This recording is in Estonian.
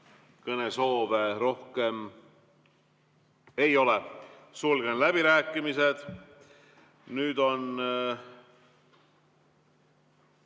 Kõnesoove rohkem ei ole, sulgen läbirääkimised. Nüüd on